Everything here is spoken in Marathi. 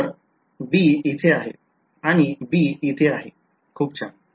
तर b इथे आहे आणि b इथे आहे खूप छान